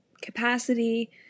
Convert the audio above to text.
capacity